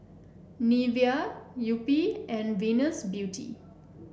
Nivea Yupi and Venus Beauty